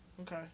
Okay